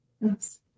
yes